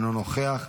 אינו נוכח,